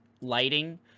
lighting